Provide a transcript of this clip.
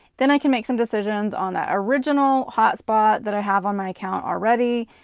then, i can make some decisions on the original hotspot that i have on my account already,